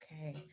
Okay